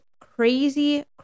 crazy